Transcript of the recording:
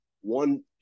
one